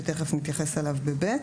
ותיכף נתייחס אליו בסעיף (ב).